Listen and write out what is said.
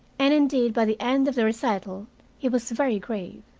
and indeed by the end of the recital he was very grave.